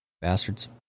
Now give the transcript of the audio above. Bastards